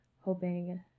hoping